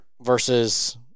Versus